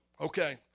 Okay